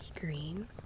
green